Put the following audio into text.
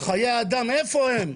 איפה הם?